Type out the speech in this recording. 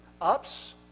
ups